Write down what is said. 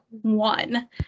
one